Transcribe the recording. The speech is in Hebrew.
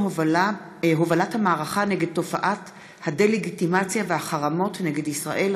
הובלת המערכה נגד תופעת הדה-לגיטימציה והחרמות נגד ישראל),